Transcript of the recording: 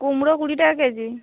কুমড়ো কুড়ি টাকা কেজি